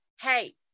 hey